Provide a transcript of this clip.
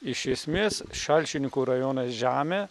iš esmės šalčininkų rajono žemė